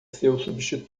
ser